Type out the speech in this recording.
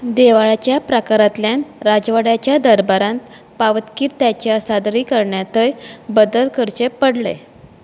देवाळाच्या प्राकारांतल्यान राजवाड्याच्या दरबारांत पावतकीर ताच्या सादरीकरणांतय बदल करचे पडले